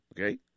okay